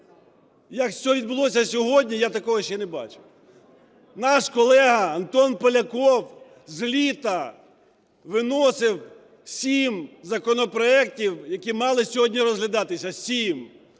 що відбулося сьогодні, я такого ще не бачив. Наш колега Антон Поляков з літа виносив сім законопроектів, які мали сьогодні розглядатися, сім,